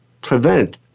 prevent